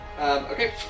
Okay